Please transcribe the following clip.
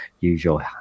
usual